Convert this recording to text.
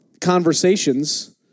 conversations